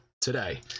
today